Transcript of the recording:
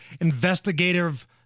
investigative